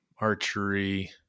archery